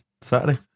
Saturday